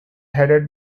headed